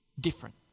different